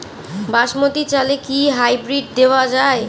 বাসমতী চালে কি হাইব্রিড দেওয়া য়ায়?